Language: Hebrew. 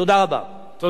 תודה רבה.